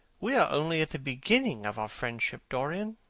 we are only at the beginning of our friendship, dorian,